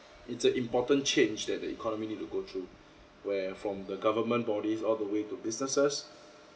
it's a important change that the economy need to go through where from the government bodies all the way to businesses